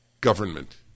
Government